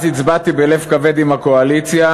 אז הצבעתי בלב כבד עם הקואליציה,